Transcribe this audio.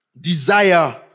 desire